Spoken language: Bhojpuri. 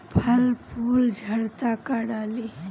फल फूल झड़ता का डाली?